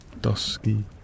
dusky